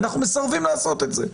אנחנו מסרבים לעשות את זה.